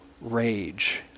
rage